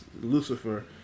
Lucifer